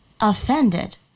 offended